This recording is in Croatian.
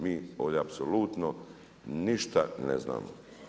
Mi ovdje apsolutno ništa ne znamo.